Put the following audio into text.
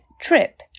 trip